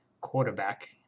quarterback